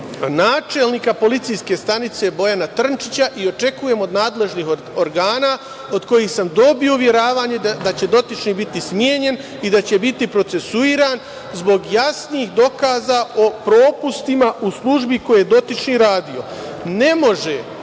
načelnika policijske stanice Bojana Trnčića. Očekujem od nadležnih organa, od kojih sam dobio uveravanje da će dotični biti smenjen i da će biti procesuiran zbog jasnih dokaza o propustima u službi u kojoj je dotični radio. Nema